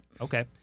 Okay